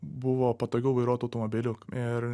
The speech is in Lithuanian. buvo patogiau vairuot automobiliu ir